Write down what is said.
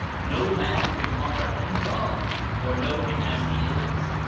no man can comprehend god or know him as he is.